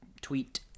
tweet